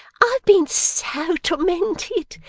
i've been so tormented,